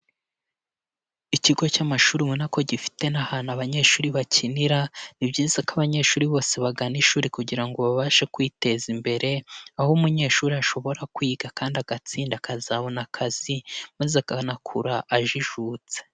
Ikigo cy'amashuri ubona ko gifite n'ahantu abanyeshuri bakinira, ni ibyiza ko abanyeshuri bose bagana ishuri kugira ngo babashe kwiteza imbere, aho umunyeshuri ashobora kwiga kandi agatsinda akazabona akazi maze akanakura ajijutse.